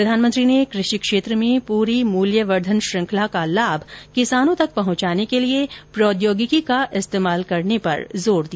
प्रधानमंत्री ने कृषि क्षेत्र में पूरी मूलयवर्द्वन श्रृंखला का लाभ किसानों तक पहुंचाने के लिए प्रौद्योगिकी का इस्तेमाल करने पर बल दिया